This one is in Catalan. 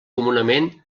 comunament